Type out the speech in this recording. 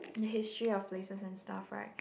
the history of places and stuff right